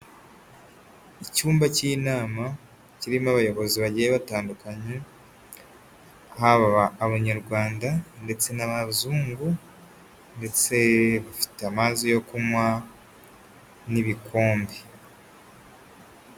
Icyumba cy'inama kirimo abayobozi bagiye batandukanye, haba abanyarwanda ndetse n'abazungu, ndetse bafite amazi yo kunywa n'ibikombe.